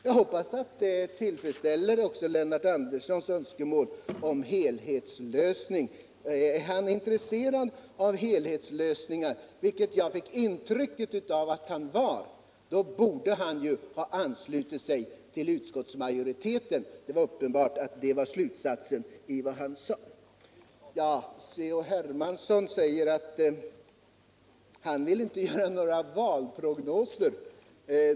Jag hoppas att detta också tillgodoser Lennart Anderssons önskemål om helhetslösning. Om han är intresserad av helhetslösningar -— vilket jag fick ett intryck av — borde han ha anslutit sig till utskottsmajoriteten. Det är en naturlig slutsats av vad han sade. C.-H. Hermansson säger att han inte vill göra några valprognoser.